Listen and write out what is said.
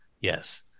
Yes